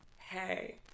hey